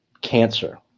cancer